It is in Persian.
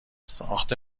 ساخت